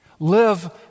Live